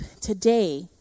today